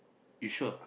you sure